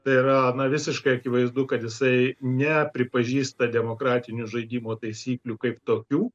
tai yra na visiškai akivaizdu kad jisai nepripažįsta demokratinių žaidimo taisyklių kaip tokių